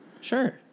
sure